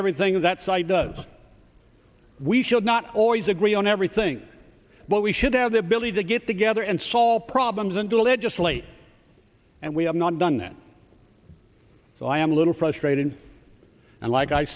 everything that side does we should not always agree on everything but we should have the ability to get together and solve problems and to legislate and we have not done that so i am a little frustrated and like i